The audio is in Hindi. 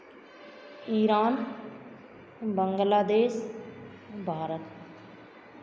ईरान बांग्लादेश भारत